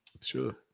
Sure